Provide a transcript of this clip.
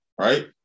right